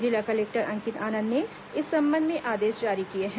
जिला कलेक्टर अंकित आनंद ने इस संबंध में आदेश जारी किए हैं